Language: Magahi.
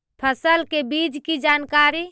फसल के बीज की जानकारी?